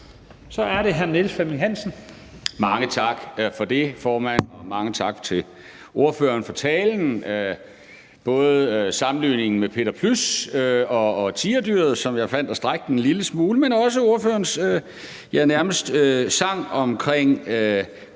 Kl. 17:38 Niels Flemming Hansen (KF): Mange tak for det, formand. Og mange tak til ordføreren for talen. Sammenligningen med Peter Plys og Tigerdyret fandt jeg var at strække den en lille smule. Det gælder også ordførerens, ja, nærmest sang om